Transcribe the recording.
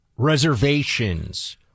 Reservations